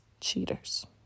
cheaters